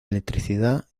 electricidad